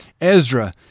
Ezra